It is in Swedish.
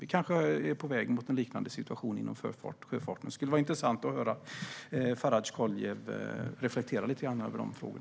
Vi kanske är på väg mot en liknande situation inom sjöfarten. Det skulle vara intressant att höra Faradj Koliev reflektera lite grann över dessa frågor.